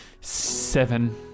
Seven